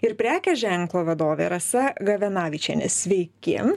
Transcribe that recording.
ir prekės ženklo vadovė rasa gavenavičienė sveiki